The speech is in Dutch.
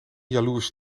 jaloers